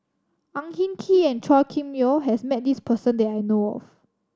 Ang Hin Kee and Chua Kim Yeow has met this person that I know of